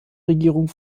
regierung